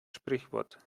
sprichwort